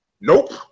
Nope